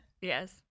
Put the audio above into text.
yes